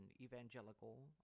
evangelical